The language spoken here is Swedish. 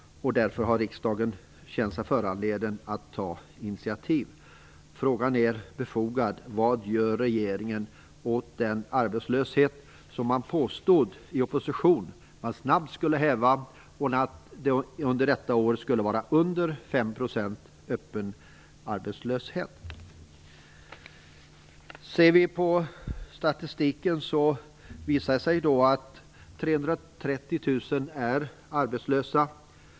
Därför har riksdagen känt sig föranlåten att ta initiativ. Frågan är befogad: Vad gör regeringen åt den arbetslöshet som man i opposition påstod att man snabbt skulle häva, så att den öppna arbetslösheten under detta år skulle vara under 5 %? Statistiken visar att 330 000 människor är arbetslösa.